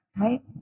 Right